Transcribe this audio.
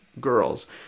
girls